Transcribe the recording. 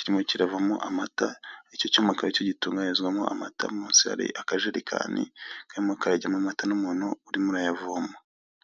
irimo ibara ry'ubururu ndetse n'umweru ahatangirwa ubucuruzi harimo ibara ry'umweru